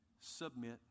submit